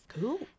Cool